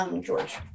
George